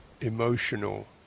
emotional